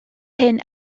hyn